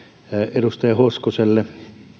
edustaja hoskoselle